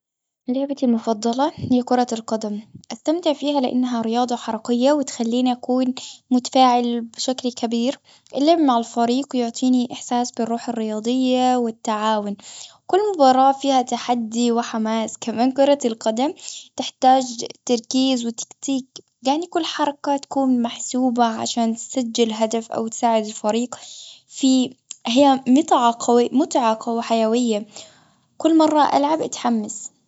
لعبتي المفضلة هي كرة القدم. أستمتع فيها لأنها رياضة حركية، وتخليني أكون متفاعل بشكل كبير. اللم مع الفريق يعطيني إحساس بالروح الرياضية والتعاون. كل مباراة فيها تحدي وحماس. كمان كرة القدم تحتاج تركيز وتكتيك. يعني كل حركة تكون محسوبة عشان تسجل هدف أو تساعد الفريق. في هي متعة- قو- متعة وقوة حيوية، كل مرة العب أتحمس.